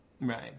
Right